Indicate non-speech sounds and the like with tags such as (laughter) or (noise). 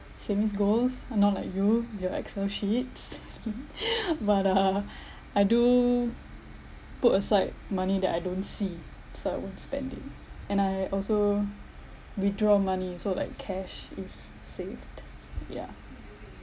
savings goals I'm not like you your excel sheets (laughs) but uh (laughs) I do put aside money that I don't see so I won't spend it and I also withdraw money so like cash is saved yeah